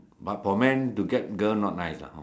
but for men to get girl not nice lah horh